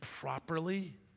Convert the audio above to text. properly